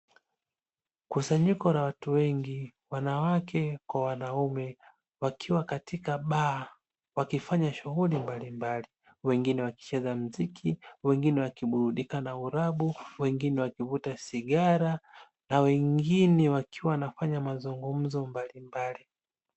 Kusanyiko la watu wengi, wanawake kwa wanaume wakiwa katika baa wakifanya shughuli mbalimbali. Wengine wakicheza muziki, wengine wakiburidika na urabu, wengine wakivuta sigara na wengine wakiwa wanafanya mazungumzo mbalimbali.